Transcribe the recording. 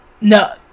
No